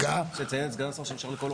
צריך לציין את סגן השר שישב לכל אורך הישיבה.